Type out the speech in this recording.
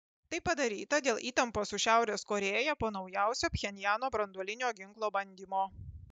tai padaryta dėl įtampos su šiaurės korėja po naujausio pchenjano branduolinio ginklo bandymo